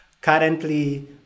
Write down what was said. Currently